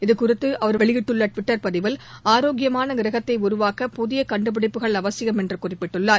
இதுகுறித்து அவர் வெளியிட்டுள்ள டுவிட்டர் பதிவில் ஆரோக்கியமான கிரகத்தை உருவாக்க புதிய கண்டுபிடிப்புகள் அவசியம் என்று குறிப்பிட்டுள்ளார்